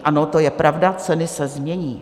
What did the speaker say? Ano, to je pravda, ceny se změní.